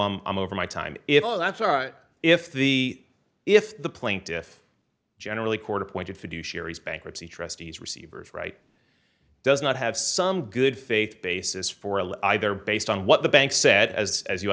i'm i'm over my time if that's right if the if the plaintiff generally court appointed fiduciaries bankruptcy trustees receivers right does not have some good faith basis for either based on what the bank said as as you